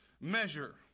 measure